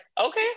okay